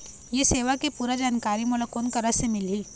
ये सेवा के पूरा जानकारी मोला कोन करा से मिलही?